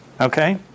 okay